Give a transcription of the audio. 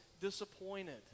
Disappointed